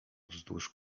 wzdłuż